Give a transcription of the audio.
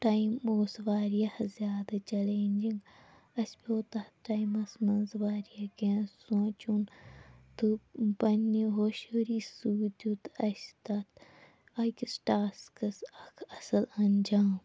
time اوس واریاہ زیادٕ چیلینجِنٛگ اَسہِ پیوٚو تَتھ ٹایمَس منٛز واریاہ کینٛہہ سونٛچُن تہٕ پنٛنہِ ہوشیٲری سۭتۍ دیُت اَسہِ تَتھ أکِس ٹاسکَس اَکھ اَصٕل اَنجام